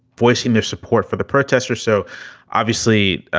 voicing their support for the protesters. so obviously,